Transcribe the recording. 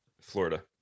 Florida